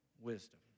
wisdom